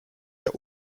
der